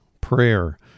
prayer